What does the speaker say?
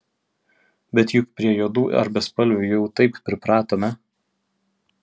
bet juk prie juodų ar bespalvių jau taip pripratome